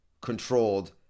controlled